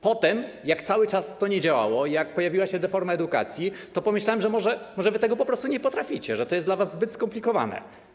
Potem, jak cały czas to nie działało, jak pojawiła się deforma edukacji, to pomyślałem, że może wy tego po prostu nie potraficie, że to jest dla was zbyt skomplikowane.